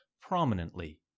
prominently